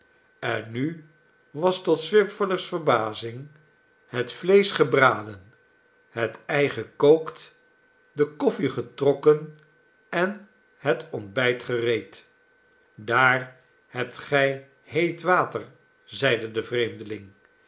en nu was tot swiveller's verbazing het vleesch gebraden het ei gekookt de koffie getrokken en het on tbijt gereed daar hebt gij heet water zeide de vreemdeling